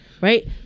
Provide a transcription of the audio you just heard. right